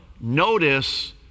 notice